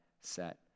set